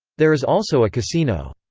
there is also a casino.